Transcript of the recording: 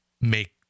make